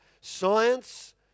science